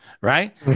Right